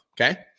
okay